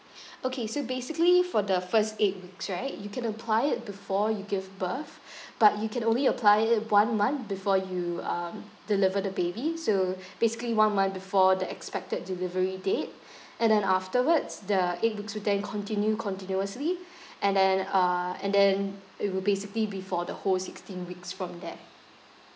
okay so basically for the first eight weeks right you can apply it before you give birth but you can only apply it one month before you um deliver the baby so basically one month before the expected delivery date and then afterwards the eight weeks would then continue continuously and then uh and then it will basically be for the whole sixteen weeks from there